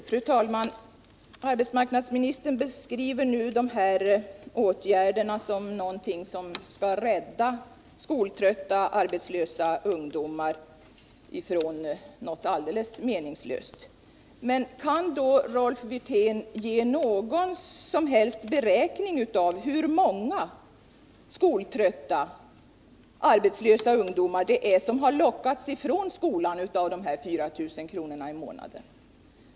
Fru talman! Arbetsmarknadsministern beskriver nu de här åtgärderna som någonting som skall rädda skoltrötta arbetslösa ungdomar från något alldeles meningslöst. Men kan då Rolf Wirtén redovisa någon som helst beräkning av hur många skoltrötta arbetslösa ungdomar det är som har lockats från skolan av de här 4 000 kronorna i månaden?